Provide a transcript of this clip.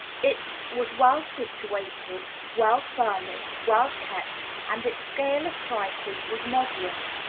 it was well situated, well furnished, well kept, and its scale of prices was moderate.